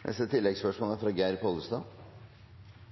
Geir Pollestad – til oppfølgingsspørsmål. Me er